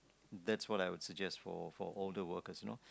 that's what I would suggest for for older workers you know